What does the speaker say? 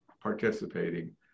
participating